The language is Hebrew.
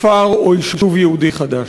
כפר או יישוב יהודי חדש.